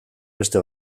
beste